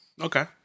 Okay